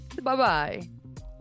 bye-bye